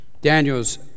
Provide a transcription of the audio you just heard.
Daniel's